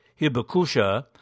Hibakusha